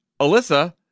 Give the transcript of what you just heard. Alyssa